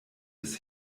des